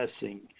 blessing